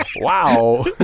Wow